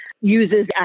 uses